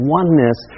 oneness